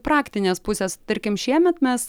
praktinės pusės tarkim šiemet mes